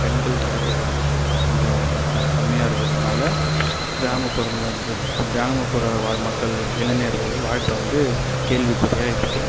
பெண்கள் கிடைப்பது கொஞ்சம் க கம்மியாக இருக்கிறதுனால கிராமபுறங்கலந்து கிராமப்புற வாழ் மக்கள் இளைஞர்கள் வாழ்க்கை வந்து கேள்விக்குறியாக இருக்குது